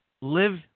live